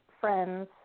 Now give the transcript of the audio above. friends